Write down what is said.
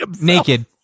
Naked